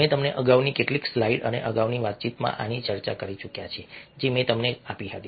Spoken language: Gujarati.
અમે તમને અગાઉની કેટલીક સ્લાઇડ્સ અને અગાઉની વાતચીતમાં આની ચર્ચા કરી ચૂક્યા છીએ જે મેં તમને આપી હતી